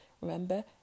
Remember